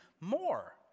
more